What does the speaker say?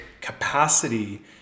capacity